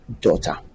daughter